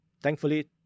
thankfully